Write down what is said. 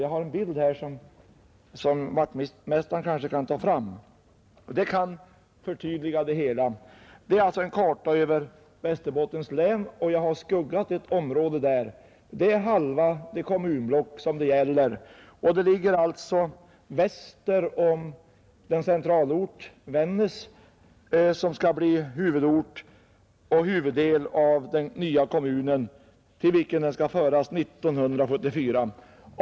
Jag har en bild, som jag skall be att få visa på kammarens TV-skärm för att förtydliga mitt resonemang. Det är en karta över Västerbottens län, och jag har skuggat ett område där, nämligen halva det kommunblock det gäller. Detta område, Bjurholms nuvarande kommun, ligger väster om den centralort, Vännäs, som skall bli huvudort i den nya kommun, till vilken Bjurholms nuvarande kommun skall föras 1974.